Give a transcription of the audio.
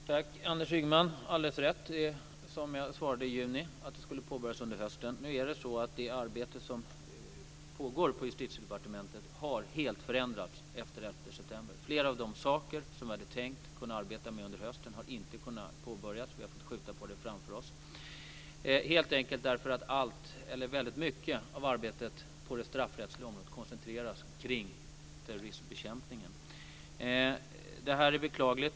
Fru talman! Anders Ygeman har alldeles rätt i, som jag svarade i juni, att en översyn skulle påbörjats under hösten. Nu är det så att det arbete som pågår i Justitiedepartementet helt har förändrats efter den 11 september. Flera av de saker som vi hade tänkt att vi skulle kunna arbeta med under hösten har inte kunnat påbörjas. Vi har fått skjuta det framför oss, helt enkelt därför att väldigt mycket av arbetet på det straffrättsliga området koncentreras kring terrorismbekämpningen. Det här är beklagligt.